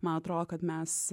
man atrodo kad mes